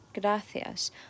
gracias